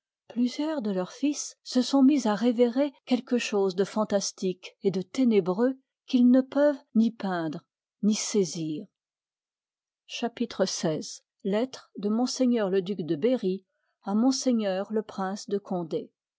plusieurs de leurs fils se sont mis à révérer quelque chose de fantastique et de ténébreux qu'ils ne peuvent ni peindre ni saiir so i part chapitre xvi lettre de ms le duc de berry à ms le prince de condé